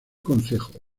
concejo